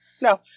no